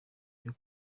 byo